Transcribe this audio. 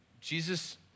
Jesus